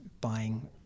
buying